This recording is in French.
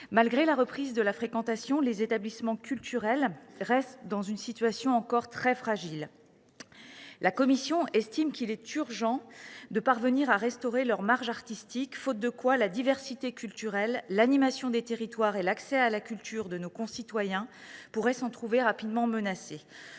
Malgré la reprise de leur fréquentation, les établissements culturels restent dans une situation très fragile. La commission estime qu’il est urgent de restaurer leurs marges artistiques, faute de quoi la diversité culturelle, l’animation des territoires et l’accès à la culture de nos concitoyens pourraient être rapidement menacés.